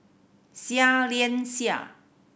Seah Liang Seah